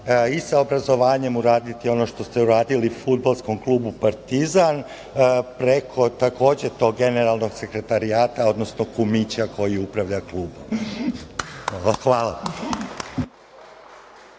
i sa obrazovanjem uraditi ono što ste uradili Fudbalskom klubu Partizan preko, takođe, tog Generalnog sekretarijata, odnosno kumića koji upravlja klubom. Hvala.